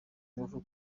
ngufu